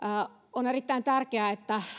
on erittäin tärkeää että